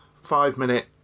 five-minute